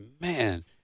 man